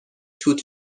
توت